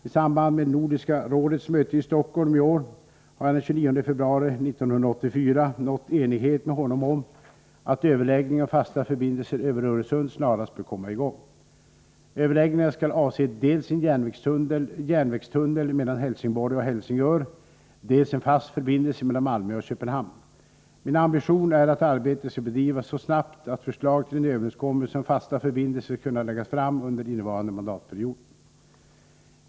I samband med Nordiska rådets möte i Stockholm i år har jag den 29 februari 1984 nått enighet med honom om att överläggningar om fasta förbindelser över Öresund snarast bör komma i gång. Överläggningarna skall avse dels en järnvägstunnel mellan Helsingborg och Helsingör, dels en fast förbindelse mellan Malmö och Köpenhamn. Min ambition är att arbetet skall bedrivas så snabbt att förslag till en överenskommelse om fasta förbindelser skall kunna läggas fram under innevarande mandatperiod.